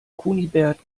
kunibert